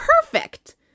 perfect